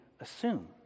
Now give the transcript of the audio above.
assume